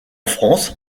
france